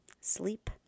sleep